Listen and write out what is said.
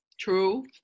True